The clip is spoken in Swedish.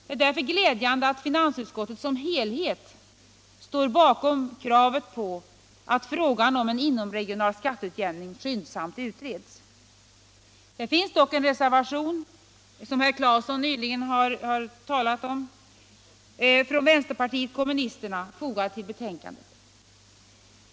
Det är därför glädjande att finansutskottet som helhet står bakom kravet på att frågan om en inomregional skatteutjämning skyndsamt utreds. Det finns dock en reservation från vänsterpartiet kommunisterna fogad till betänkandet, vilken herr Claeson nyligen har talat om.